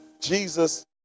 Jesus